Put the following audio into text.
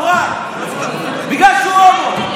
בגלל שהוא הומו.